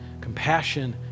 Compassion